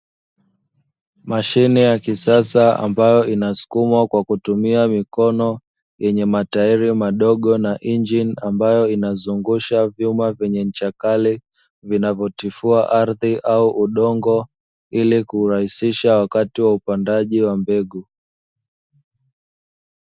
Mashine ya kisasa ambayo inasukumwa kwa kutumia mikono yenye matairi madogo na injini ambayo inazungusha vyuma vyenye ncha kali vinavyotifua ardhi au udongo ili kurahisisha wakati wa upandaji wa mbegu.